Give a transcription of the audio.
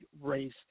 race